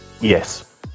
Yes